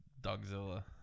Dogzilla